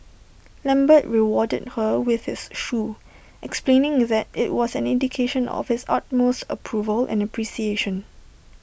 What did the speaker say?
lambert rewarded her with his shoe explaining that IT was an indication of his utmost approval and appreciation